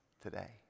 today